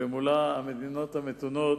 ומולה המדינות המתונות,